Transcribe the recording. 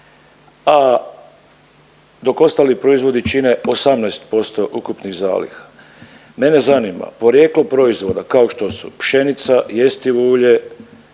a dok ostali proizvodi čine 18% ukupnih zaliha. Mene zanima porijeklo proizvoda kao što su pšenica, jestivo ulje,